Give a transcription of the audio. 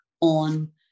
on